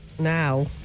now